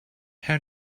how